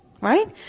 Right